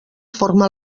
forma